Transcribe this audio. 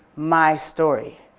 my story.